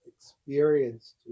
experience